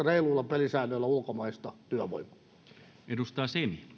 reiluilla pelisäännöillä ulkomaista työvoimaa